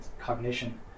cognition